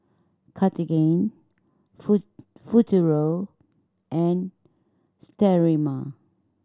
Cartigain Futuro and Sterimar